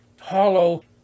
hollow